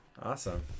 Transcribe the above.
Awesome